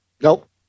Nope